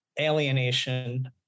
alienation